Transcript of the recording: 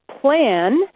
plan